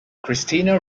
christina